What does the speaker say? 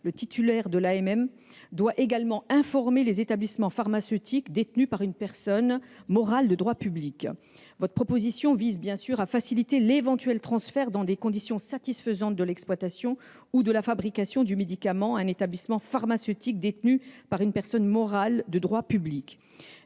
le titulaire de l’AMM doit également informer les établissements pharmaceutiques détenus par une personne morale de droit public. Ce faisant, il s’agit de faciliter l’éventuel transfert de l’exploitation ou de la fabrication du médicament à un établissement pharmaceutique détenu par une personne morale de droit public